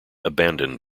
abandoned